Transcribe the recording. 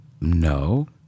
No